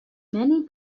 many